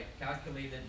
calculated